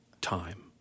time